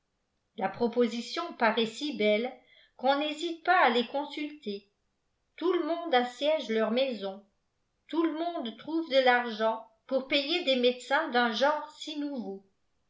la proposition paraît si belle qu'on n'hésite pas à les consulter tout le monde assiège leur maison tout le monde trouve de l'argent pour payer des médecins d'un genre si nouveau